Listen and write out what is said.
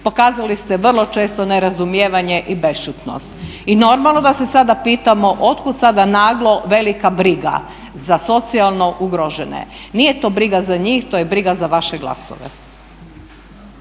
Pokazali ste vrlo često nerazumijevanje i bešćutnost. I normalno da se sada pitamo otkud sada naglo velika briga za socijalno ugrožene? Nije to briga za njih, to je briga za vaše glasove.